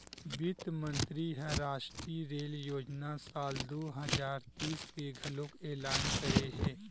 बित्त मंतरी ह रास्टीय रेल योजना साल दू हजार तीस के घलोक एलान करे हे